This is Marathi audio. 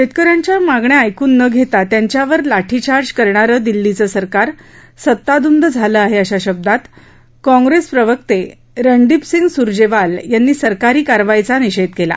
शेतकर्यांच्या मागण्या ऐकून न घेता त्यांच्यावर लाठीचार्ज करणार दिल्लीचं सरकार सत्ताधुद झालं आहे अशा शब्दांत काँग्रेस प्रवक्ते रणदीपसिंह सुरजेवाल यांनी सरकारी कारवाईचा निषेध केला